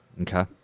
Okay